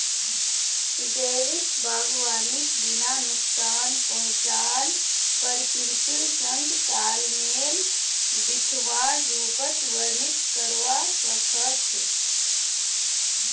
जैविक बागवानीक बिना नुकसान पहुंचाल प्रकृतिर संग तालमेल बिठव्वार रूपत वर्णित करवा स ख छ